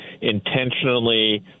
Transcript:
intentionally